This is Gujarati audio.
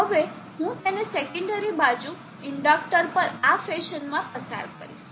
હવે હું તેને સેકન્ડરી બાજુ ઇન્ડક્ટર પર આ ફેશનમાં પસાર કરીશ